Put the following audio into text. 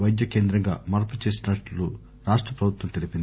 వైద్య కేంద్రంగా మార్పుచేస్తున్నట్లు రాష్ట ప్రభుత్వం తెలిపింది